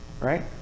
right